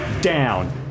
down